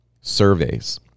surveys